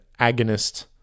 agonist